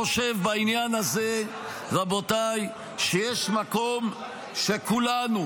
אני חושב בעניין הזה, רבותיי, שיש מקום שכולנו